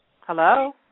Hello